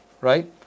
right